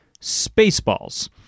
Spaceballs